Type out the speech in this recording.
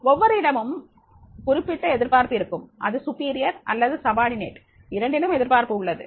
ஒவ்வொருவரிடமும் குறிப்பிட்ட எதிர்பார்ப்பு இருக்கும் அது மேல் உள்ளவர் அல்லது கீழ் உள்ளவர் அனைவருக்கும் எதிர்பார்ப்பு உள்ளது